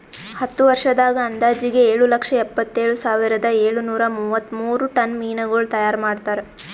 ಹತ್ತು ವರ್ಷದಾಗ್ ಅಂದಾಜಿಗೆ ಏಳು ಲಕ್ಷ ಎಪ್ಪತ್ತೇಳು ಸಾವಿರದ ಏಳು ನೂರಾ ಮೂವತ್ಮೂರು ಟನ್ ಮೀನಗೊಳ್ ತೈಯಾರ್ ಮಾಡ್ತಾರ